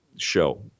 show